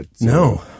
No